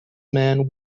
man